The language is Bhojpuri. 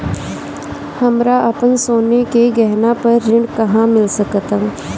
हमरा अपन सोने के गहना पर ऋण कहां मिल सकता?